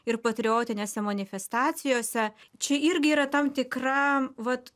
ir patriotinėse manifestacijose čia irgi yra tam tikra vat